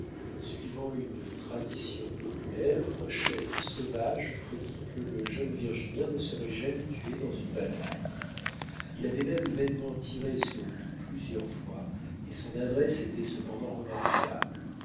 suivant une tradition populaire un chef sauvage prédit que le jeune virginien ne serait jamais tué dans une bataille il avait même vainement tiré sur lui plusieurs fois et son adresse était cependant remarquable